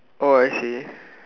oh I see